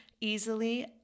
easily